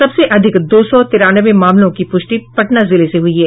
सबसे अधिक दो सौ तिरानवे मामलों की पुष्टि पटना जिले से हुई है